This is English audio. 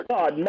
God